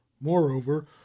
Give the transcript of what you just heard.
moreover